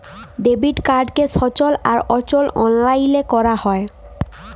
debit কাড়কে সচল আর অচল অললাইলে ক্যরা যায়